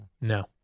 No